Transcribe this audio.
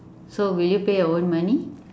so will you pay your own money